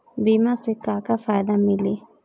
बीमा से का का फायदा मिली?